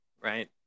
right